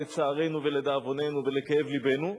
לצערנו ולדאבוננו ולכאב לבנו.